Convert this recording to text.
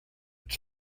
its